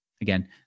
again